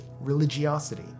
religiosity